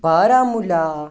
Baramulla